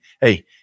Hey